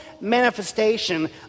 manifestation